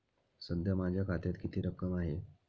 सध्या माझ्या खात्यात किती रक्कम आहे?